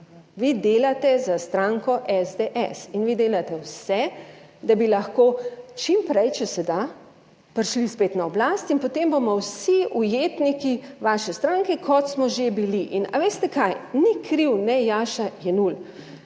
vi delate za stranko SDS in vi delate vse, da bi lahko čim prej, če se da, prišli spet na oblast in potem bomo vsi ujetniki vaše stranke, kot smo že bili. In a veste kaj, ni kriv ne Jaša Jenull,